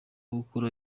gukora